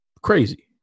Crazy